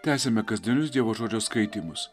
tęsiame kasdienius dievo žodžio skaitymus